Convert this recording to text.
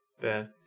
Bad